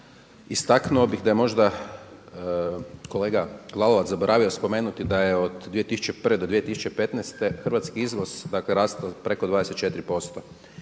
istaknuto bih da je možda kolega Lalovac zaboravio spomenuti da je od 2001. do 2015. hrvatski izvoz rastao preko 24%